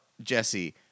Jesse